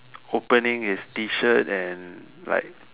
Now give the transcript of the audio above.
opening his T-shirt and like